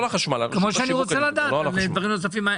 כמו שאני רוצה לדעת על דברים נוספים.